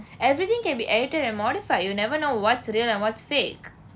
everything can be edited and modified you never know what's real and what's fake